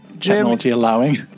Technology-allowing